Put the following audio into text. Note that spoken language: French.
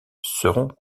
seront